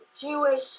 Jewish